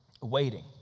waiting